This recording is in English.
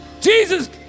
Jesus